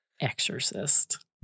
exorcist